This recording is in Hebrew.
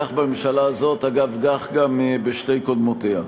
כך בממשלה הזאת, אגב, כך גם בשתי קודמותיה.